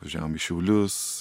važiavom į šiaulius